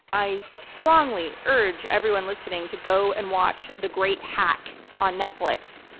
i strongly urge everyone listening to go and watch the great hack on netflix,